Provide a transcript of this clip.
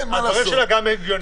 הדברים שלה גם הגיוניים.